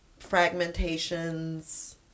fragmentations